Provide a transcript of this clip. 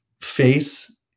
face